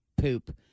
poop